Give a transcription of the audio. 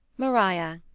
maria,